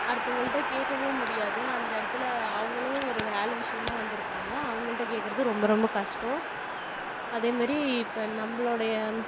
அடுத்தவங்கள்ட கேட்கவும் முடியாது அந்த இடத்துல அவங்களும் ஒரு வேலை விஷயமா வந்திருப்பாங்க அவர்கள்ட கேட்கிறது ரொம்ப ரொம்ப கஷ்டம் அதே மாதிரி இப்போது நம்பளோடைய